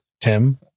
Tim